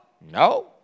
No